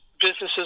businesses